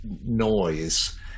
noise